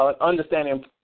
understanding